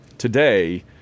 today